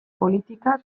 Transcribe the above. politika